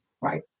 right